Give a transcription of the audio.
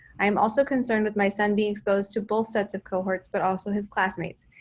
i am also concerned with my son being exposed to both sets of cohorts, but also his classmates.